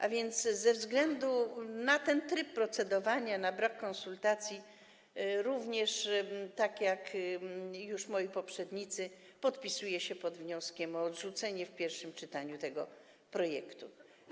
A więc ze względu na ten tryb procedowania, na brak konsultacji tak jak moi poprzednicy podpisuję się pod wnioskiem o odrzucenie w pierwszym czytaniu tego projektu.